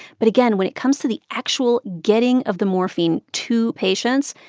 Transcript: but again, when it comes to the actual getting of the morphine to patients,